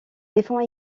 défend